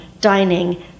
dining